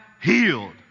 healed